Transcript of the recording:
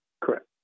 Correct